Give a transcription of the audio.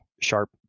sharp